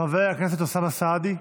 חבר הכנסת אוסאמה סעדי,